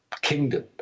kingdom